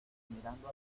mirando